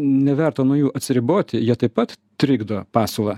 neverta nuo jų atsiriboti jie taip pat trikdo pasiūlą